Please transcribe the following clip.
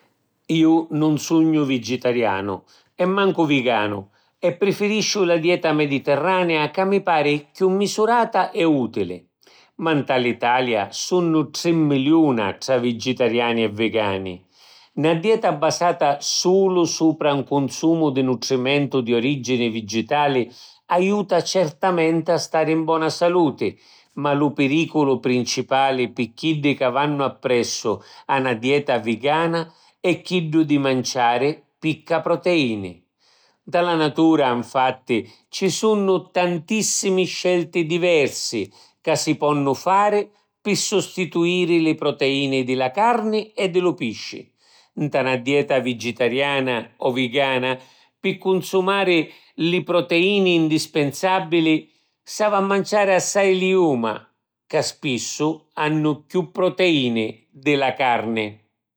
Ju nun sugnu vigitarianu e mancu viganu e prifirisciu la dieta mediterranea ca mi pari chiù misurata e ùtili. Ma nta l’Italia sunnu tri miliuna tra vigitariani e vigani. Na dieta basata sulu supra ‘n cunsumu di nutrimentu di orìgini vigitali aiuta certamenti a stari in bona saluti. Ma lu pirìculu principali pi chiddi ca vannu appressu a na dieta vigana è chiddu di manciari picca proteìni. Nta la natura, nfatti, ci sunnu tantìssimi scelti diversi ca si ponnu fari pi sustituiri li proteìni di la carni e di lu pisci. Nta na dieta vigitariana o vigana, pi cunsumari li proteìni ndispinsàbili, s’havi a manciari assai lijuma, ca spissu hannu chiù proteìni di la carni.